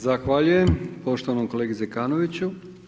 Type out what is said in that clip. Zahvaljujem poštovanom kolegi Zekanoviću.